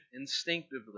instinctively